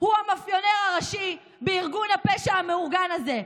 הוא המאפיונר הראשי בארגון הפשע המאורגן הזה,